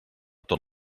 tot